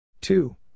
Two